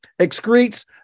excretes